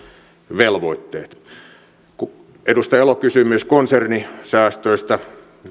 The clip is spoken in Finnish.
velvoitteet edustaja elo kysyi myös konsernisäästöistä